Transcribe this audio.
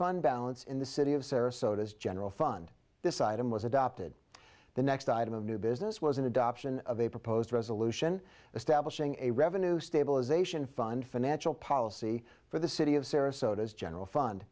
fund balance in the city of sarasota as general fund this item was adopted the next item of new business was an adoption of a proposed resolution establishing a revenue stabilization fund financial policy for the city of sarasota as general fund